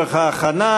חברי הכנסת,